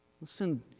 Listen